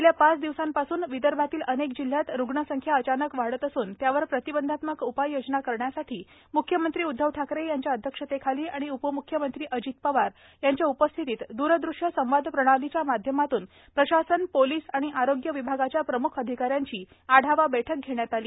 गेल्या पाच दिवसांपासून विदर्भातील अनेक जिल्ह्यात रुग्णसंख्या अचानक वाढत असून त्यावर प्रतिबंधात्मक उपाययोजना करण्यासाठी म्ख्यमंत्री उद्धव ठाकरे यांच्या अध्यक्षतेखाली आणि उपम्ख्यमंत्री अजित पवार यांच्या उपस्थितीत दुरदृश्य संवाद प्रणालीच्या माध्यमातून प्रशासन पोलीस आणि आरोग्य विभागाच्या प्रमुख अधिकाऱ्यांची आढावा बठक घेण्यात आली